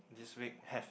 this week have